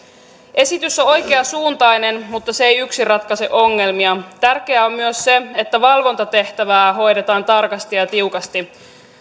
esitys on oikeasuuntainen mutta se ei yksin ratkaise ongelmia tärkeää on myös se että valvontatehtävää hoidetaan tarkasti ja ja tiukasti